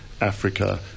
Africa